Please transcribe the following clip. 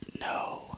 No